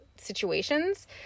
situations